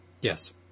Yes